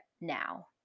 now